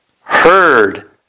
Heard